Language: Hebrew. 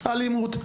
אלימות,